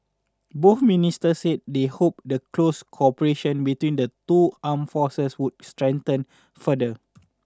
both ministers said they hoped the close cooperation between the two armed forces would strengthen further